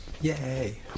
Yay